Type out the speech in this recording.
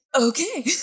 okay